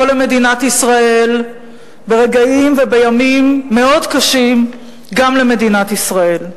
למדינת ישראל ברגעים ובימים מאוד קשים למדינת ישראל.